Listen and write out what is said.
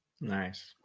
Nice